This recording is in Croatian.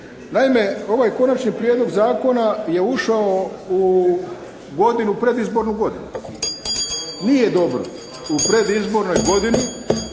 naime, ovaj konačni prijedlog zakona je ušao u godinu, predizbornu godinu. Nije dobro u predizbornoj godini